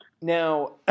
Now